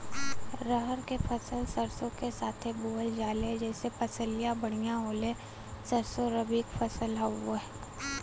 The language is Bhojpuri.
रहर क फसल सरसो के साथे बुवल जाले जैसे फसलिया बढ़िया होले सरसो रबीक फसल हवौ